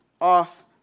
off